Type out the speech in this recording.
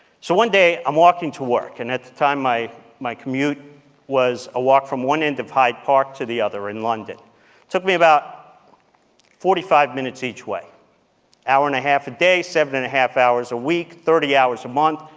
so one day, i'm walking to work, and at the time my my commute was a walk from one end of hyde park to the other, in london. it took me about forty five minutes each way, an hour and a half a day, seven and a half hours a week, thirty hours a month,